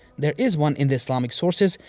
there is one in the islamic sources,